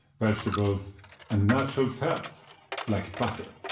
vegetables and natural fats like butter.